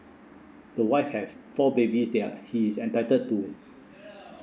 the wife have four babies they are he is entitled to